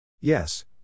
Yes